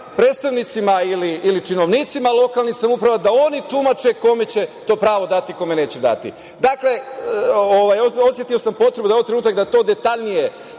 predstavnicima ili činovnicima lokalnih samouprava da oni tumače kome će to pravo dati a kome neće dati. Osetio sam potrebu da je ovo trenutak da to detaljnije